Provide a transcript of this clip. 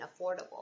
affordable